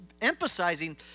emphasizing